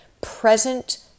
present